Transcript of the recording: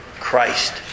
Christ